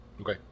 Okay